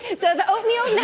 so, the oatmeal